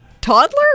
toddler